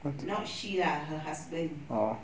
but now she lah or